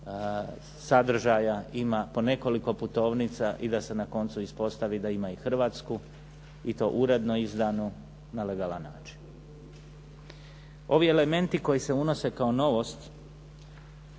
sadržaja ima po nekoliko putovnica i da se na koncu ispostavi da ima i Hrvatsku i to uredno izdanu na legalan način. Ovi elementi koji se uvode kao novost